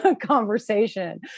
conversation